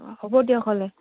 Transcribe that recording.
অঁ হ'ব দিয়ক হ'লে